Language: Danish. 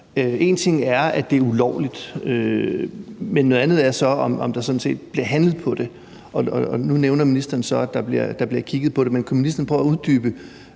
én ting er, at det er ulovligt, men noget andet er, om der så sådan set bliver handlet på det. Nu nævner ministeren så, at der bliver kigget på det, men kan ministeren prøve at uddybe,